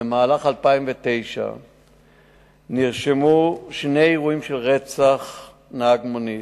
במהלך 2009 נרשמו שני אירועים של רצח נהג מונית.